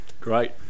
great